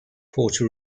puerto